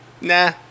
Nah